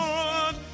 Lord